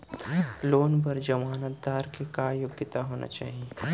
Loan बर जमानतदार के का योग्यता होना चाही?